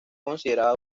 considerada